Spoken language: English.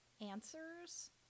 answers